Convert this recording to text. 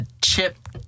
Chip